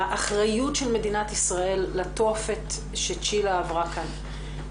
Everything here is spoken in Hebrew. האחריות של מדינת ישראל לתופת שצ'ילה עברה כאן,